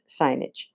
signage